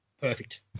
Perfect